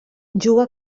juga